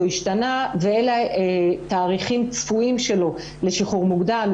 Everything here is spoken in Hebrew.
השתנה ואלה התאריכים הצפויים שלו לשחרור מוקדם,